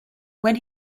when